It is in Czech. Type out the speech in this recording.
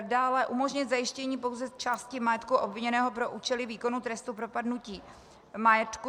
Dále umožnit zajištění pouze části majetku obviněného pro účely výkonu trestu propadnutí majetku.